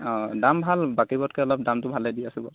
অঁ দাম ভাল বাকীবোৰতকৈ অলপ দামটো ভালে দি আছো বাৰু